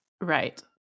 Right